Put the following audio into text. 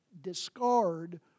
discard